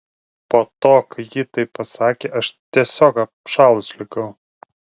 po to kai ji taip pasakė aš tiesiog apšalus likau